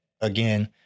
again